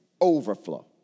overflow